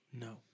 No